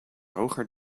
hoger